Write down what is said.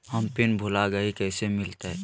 हम पिन भूला गई, कैसे मिलते?